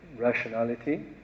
Rationality